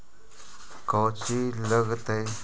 कौची लगतय?